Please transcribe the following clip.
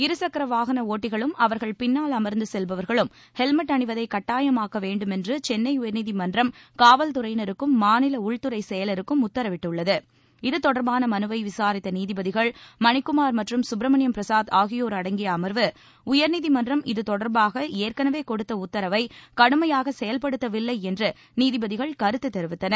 இருசக்கர வாகன ஒட்டிகளும் அவர்கள் பின்னால் அமர்ந்து செல்பவர்களும் ஹெல்மெட் அணிவதை கட்டாயமாக்க வேண்டுமென்று கென்னை உயர்நீதிமன்றம் காவல்துறையினருக்கும் மாநில உள்துறை செயலருக்கும் உத்தரவிட்டுள்ளது இது தொடர்பான மனுவை விசாரித்த நீதிபதிகள் மணிகுமார் மற்றும் கப்பிரமணியம் பிரசாத் ஆகியோர் அடங்கிய அமர்வு உயர்நீதிமன்றம் இது தொடர்பாக ஏற்களவே கொடுத்த உத்தரவை கடுமையாக செயல்படுத்தவில்லை என்று நீதிபதிகள் கருத்து தெரிவித்தனர்